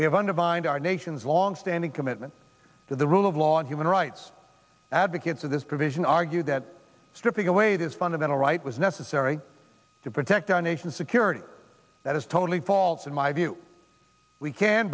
we have undermined our nation's long standing commitment to the rule of law human rights advocates of this provision argue that stripping away this fundamental right was necessary to protect our nation's security that is totally false in my view we can